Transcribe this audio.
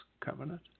covenant